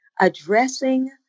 addressing